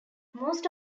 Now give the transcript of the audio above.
most